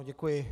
Děkuji.